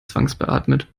zwangsbeatmet